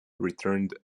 returned